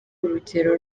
urugero